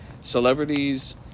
celebrities